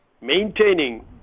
Maintaining